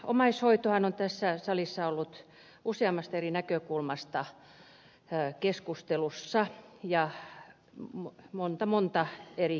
omaishoitohan on tässä salissa ollut useammasta eri näkökulmasta keskustelussa ja monta monta eri kertaa